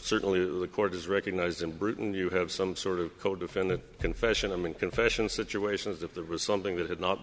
certainly the court has recognized in britain you have some sort of codefendant confession and confession situations if there was something that had not